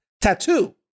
tattoo